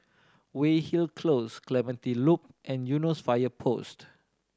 Weyhill Close Clementi Loop and Eunos Fire Post